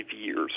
years